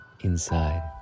Inside